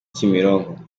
kimironko